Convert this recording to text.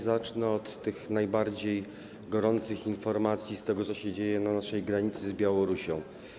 Zacznę od tych najbardziej gorących informacji dotyczących tego, co się dzieje na naszej granicy z Białorusią.